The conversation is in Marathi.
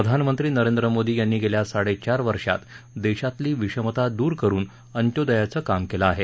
प्रधानमंत्री नरेंद्र मोदी यांनी गेल्या साडेचार वर्षात देशातली विषमता दूर करुन अंत्योदयाचं काम केलं आहे